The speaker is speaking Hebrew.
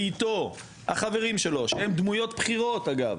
ואיתו החברים שלו שהם דמויות בכירות אגב